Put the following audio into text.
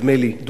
דודו רותם,